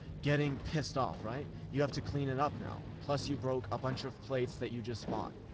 getting pissed off, right? you have to clean it up now. plus you broke a bunch of plates that you just bought.